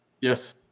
Yes